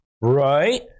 right